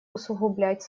усугублять